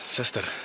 Sister